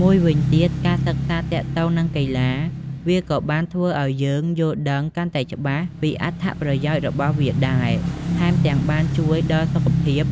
មួយវិញទៀត ការសិក្សាទាក់ទងនឹងកីឡាវាក៏បានធ្វើឲ្យយើងយល់ដឹងកាន់តែច្បាស់ពីអត្ថប្រយោជន៍របស់វាដែរ ថែមទាំងបានជួយដ៏សុខភាព